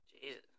Jesus